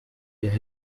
ihr